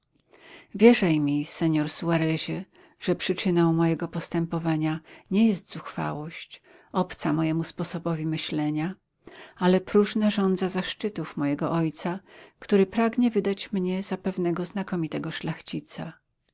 wierzaj mi senor suarezie że przyczyna mojego postępowania nie jest zuchwałość obca mojemu sposobowi myślenia ale próżna żądza zaszczytów mojego ojca który pragnie wydać mnie za pewnego znakomitego szlachcica